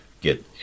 get